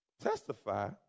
Testify